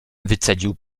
wycedził